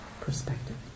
perspective